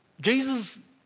Jesus